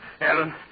Alan